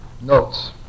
notes